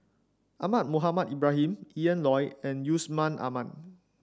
Ahmad Mohamed Ibrahim Ian Loy and Yusman Aman